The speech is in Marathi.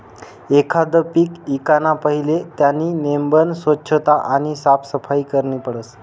एखांद पीक ईकाना पहिले त्यानी नेमबन सोच्छता आणि साफसफाई करनी पडस